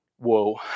Whoa